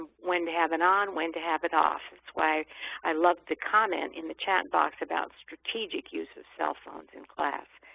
when to have it and on, when to have it off. that's why i love to comment in the chat box about strategic use of cell phones in class.